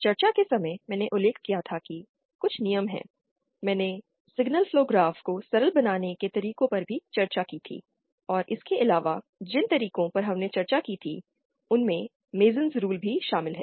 चर्चा के समय मैंने उल्लेख किया था कि कुछ नियम हैं मैंने सिग्नल फ्लो ग्राफ को सरल बनाने के तरीकों पर भी चर्चा की थी और इसके अलावा जिन तरीकों पर हमने चर्चा की थी उनमें मेसनस रूलस Mason's rules भी शामिल हैं